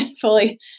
fully